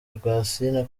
rwasine